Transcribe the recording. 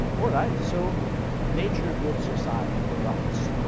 all right, so nature good, society corrupts.